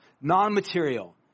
non-material